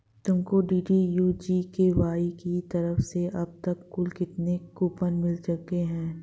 तुमको DDU GKY की तरफ से अब तक कुल कितने कूपन मिल चुके हैं?